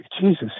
Jesus